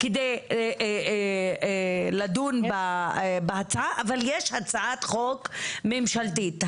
כדי לדון בהצעה, אבל יש הצעת חוק ממשלתית.